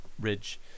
Ridge